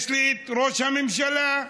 יש לי ראש הממשלה,